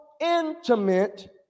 intimate